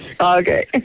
Okay